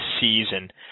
season